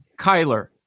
Kyler